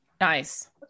Nice